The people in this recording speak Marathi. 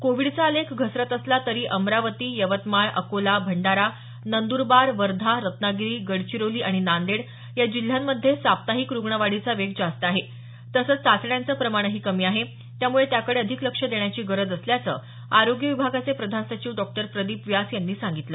कोविडचा आलेख घसरत असला तरी अमरावती यवतमाळ अकोला भंडारा नंदरबार वर्धा रत्नागिरी गडचिरोली आणि नांदेड या जिल्ह्यांमध्ये साप्ताहिक रुग्णवाढीचा वेग जास्त आहे तसंच चाचण्यांचं प्रमाणही कमी आहे त्यामुळे त्याकडे अधिक लक्ष देण्याची गरज असल्याचं आरोग्य विभागाचे प्रधान सचिव डॉ प्रदीप व्यास यांनी सांगितलं